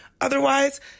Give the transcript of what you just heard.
Otherwise